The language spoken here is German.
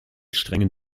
strengen